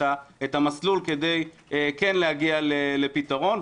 את המסלול כדי כן להגיע לפתרון.